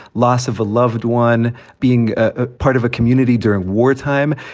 loss of a loved one being ah part of a community during wartime.